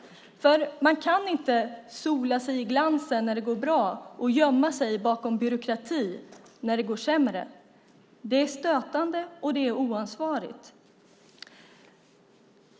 Man kan inte sola sig i glansen när det går bra och gömma sig bakom byråkrati när det går sämre. Det är stötande, och det är oansvarigt.